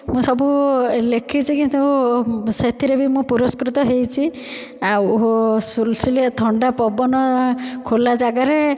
ମୁଁ ସବୁ ଲେଖିଛି କିନ୍ତୁ ସେଥିରେ ବି ମୁଁ ପୁରସ୍କୃତ ହେଇଛି ଆଉ ସୁଲୁସୁଲିଆ ଥଣ୍ଡା ପବନ ଖୋଲା ଜାଗାରେ